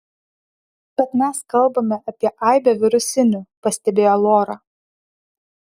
bet mes kalbame apie aibę virusinių pastebėjo lora